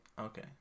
Okay